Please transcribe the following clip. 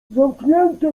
zamknięte